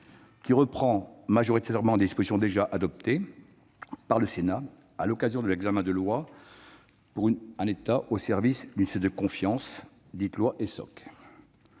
qui reprend majoritairement des dispositions déjà adoptées par le Sénat à l'occasion de l'examen de la loi pour un État au service d'une société de confiance, dite « loi Essoc